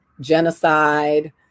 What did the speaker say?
genocide